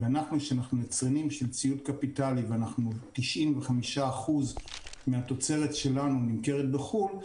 ואנחנו שאנחנו יצרנים של ציוד קפיטלי ו-95% מהתוצרת שלנו נמכרת בחו"ל,